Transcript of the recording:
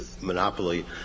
monopoly